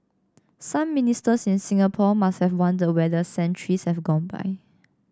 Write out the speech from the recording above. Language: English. some Ministers in Singapore must have wondered whether centuries have gone by